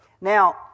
Now